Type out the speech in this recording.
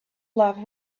love